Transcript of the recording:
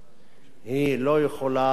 בהגדרתה, בהגדרה,